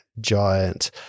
giant